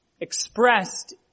expressed